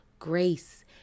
grace